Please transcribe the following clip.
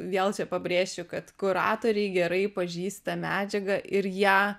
vėl pabrėšiu kad kuratoriai gerai pažįsta medžiagą ir ją